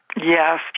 Yes